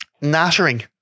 nattering